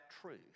truth